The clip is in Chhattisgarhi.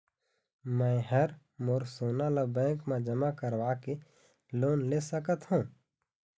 मैं हर मोर सोना ला बैंक म जमा करवाके लोन ले सकत हो?